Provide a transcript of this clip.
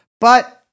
But-